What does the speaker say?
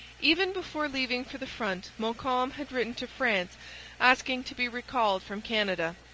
even before leaving for the front montcalm had written to france asking to be recalled from canada.